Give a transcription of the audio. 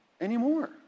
anymore